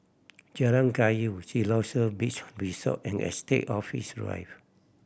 Jalan Kayu Siloso Beach Resort and Estate Office Drive